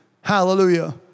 Hallelujah